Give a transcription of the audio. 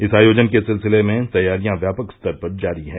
इस आयोजन के सिलसिले में तैयारियां व्यापक स्तर पर जारी हैं